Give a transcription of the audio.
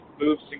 moves